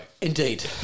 indeed